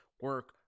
Work